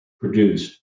produced